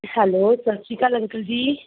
hello ਸਤਿ ਸ਼੍ਰੀ ਅਕਾਲ ਅੰਕਲ ਜੀ